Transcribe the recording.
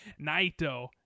naito